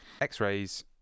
X-rays